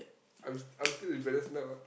I'm I'm still embarrassed now ah